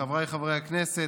חבריי חברי הכנסת,